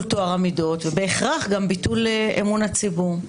טוהר המידות ובהכרח גם ביטול אמון הציבור.